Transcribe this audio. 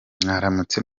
mwaramutse